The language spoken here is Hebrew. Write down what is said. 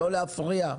לא להפריע.